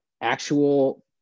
actual